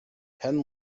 penn